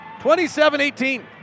27-18